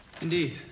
Indeed